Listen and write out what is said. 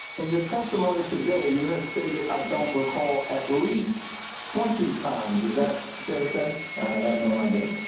in your testimony today, you have stated i don't recall at least twenty times. is that fair to say? i have no idea.